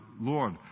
Lord